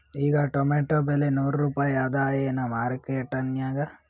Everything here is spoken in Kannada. ಈಗಾ ಟೊಮೇಟೊ ಬೆಲೆ ನೂರು ರೂಪಾಯಿ ಅದಾಯೇನ ಮಾರಕೆಟನ್ಯಾಗ?